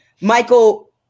Michael